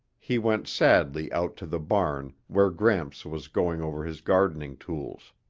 he went sadly out to the barn where gramps was going over his gardening tools.